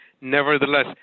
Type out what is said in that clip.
Nevertheless